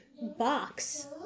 box